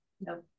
no